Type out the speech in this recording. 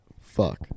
Fuck